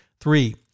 Three